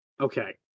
okay